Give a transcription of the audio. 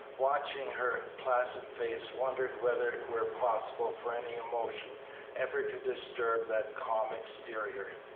watching her placid face, wondered whether it were possible for any emotion ever to disturb that calm exterior.